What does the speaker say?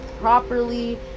properly